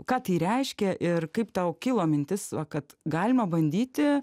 ką tai reiškia ir kaip tau kilo mintis va kad galima bandyti